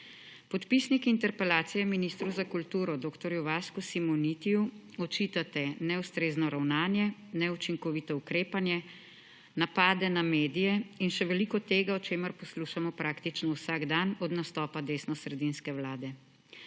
Podpisniki interpelacije ministru za kulturo dr. Vasku Simonitiju očitate neustrezne ravnanje, neučinkovito ukrepanje, napade na medije in še veliko tega, o čemer poslušamo praktično vsak dan od nastopa desnosredinske vlade.